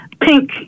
pink